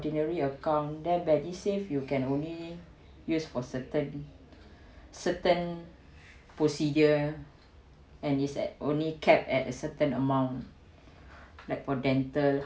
originally account then medisave you can only use for certain certain procedure and is at only capped at a certain amount like for dental